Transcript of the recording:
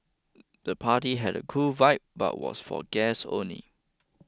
the party had a cool vibe but was for guests only